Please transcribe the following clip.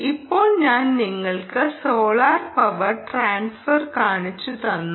ഇപ്പോൾ ഞാൻ നിങ്ങൾക്ക് സോളാർ പവർ ട്രാൻസ്ഫർ കാണിച്ചു തന്നു